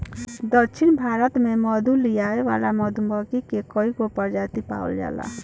दक्षिण भारत में मधु लियावे वाली मधुमक्खी के कईगो प्रजाति पावल जाला